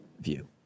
view